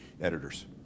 editors